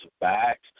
back